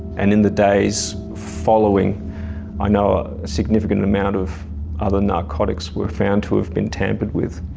and in the days following i know a significant amount of other narcotics were found to have been tampered with.